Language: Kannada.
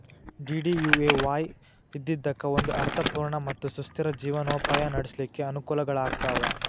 ಡಿ.ಡಿ.ಯು.ಎ.ವಾಯ್ ಇದ್ದಿದ್ದಕ್ಕ ಒಂದ ಅರ್ಥ ಪೂರ್ಣ ಮತ್ತ ಸುಸ್ಥಿರ ಜೇವನೊಪಾಯ ನಡ್ಸ್ಲಿಕ್ಕೆ ಅನಕೂಲಗಳಾಗ್ತಾವ